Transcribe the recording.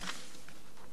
רבה.